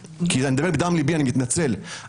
ראשית חבר הכנסת לשעבר דב ליפמן יתייחס לסוגיה הזו,